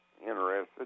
interested